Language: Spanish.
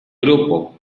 grupo